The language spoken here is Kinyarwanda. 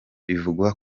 bivugwa